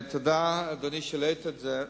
תודה, אדוני, שהעלית את זה.